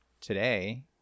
today